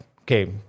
okay